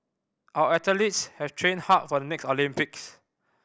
our athletes have training hard for the next Olympics